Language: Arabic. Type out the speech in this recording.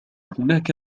هناك